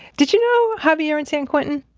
did you know javier in san quentin?